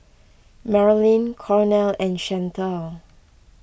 Marylin Cornel and Chantal